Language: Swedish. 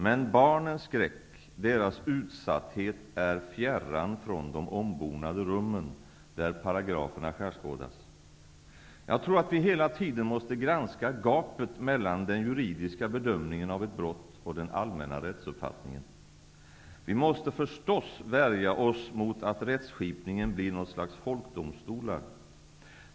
Men barnens skräck, deras utsatthet, är fjärran från de ombonade rummen där paragraferna skärskådas. Jag tror att vi hela tiden måste granska gapet mellan den juridiska bedömningen av ett brott och den allmänna rättsuppfattningen. Vi måste förstås värja oss mot att rättsskipningen blir något slags folkdomstolar.